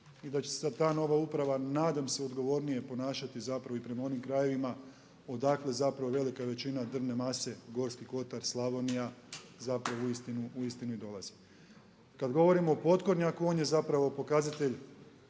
i da će se ta nova uprava nadam se odgovornije ponašati zapravo i prema onim krajevima odakle zapravo velika većina drvne mase Gorski kotar, Slavonija, zapravo u istinu i dolazi. Kada govorimo o potkornjaku, on je zapravo pokazatelj